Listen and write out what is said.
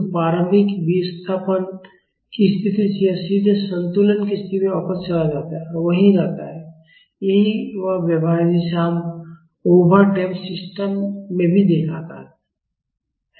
तो प्रारंभिक विस्थापन की स्थिति से यह सीधे संतुलन की स्थिति में वापस चला जाता है और वहीं रहता है यही वह व्यवहार है जिसे हमने ओवर डैम्प्ड सिस्टम में भी देखा है